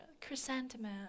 chrysanthemum